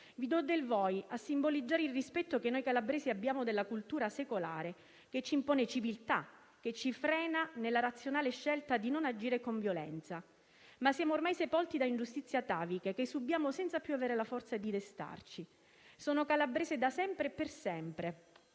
Vi dò del voi a simboleggiare il rispetto che noi calabresi abbiamo della cultura secolare, che ci impone civiltà, che ci frena nella razionale scelta di non agire con violenza. Ma siamo ormai sepolti da ingiustizie ataviche, che subiamo senza più avere la forza di destarci. Sono calabrese da sempre e per sempre.